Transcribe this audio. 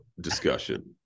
discussion